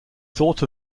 thought